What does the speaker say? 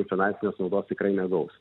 finansinės naudos tikrai negaus